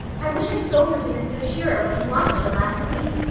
i wish i'd sold her to mr. shearer when he wanted her last week,